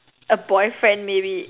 a boyfriend maybe